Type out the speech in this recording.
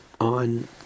on